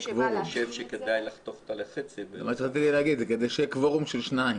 --- כדי שיהיה קוורום של שניים.